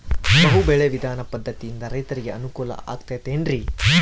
ಬಹು ಬೆಳೆ ವಿಧಾನ ಪದ್ಧತಿಯಿಂದ ರೈತರಿಗೆ ಅನುಕೂಲ ಆಗತೈತೇನ್ರಿ?